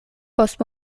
post